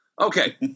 okay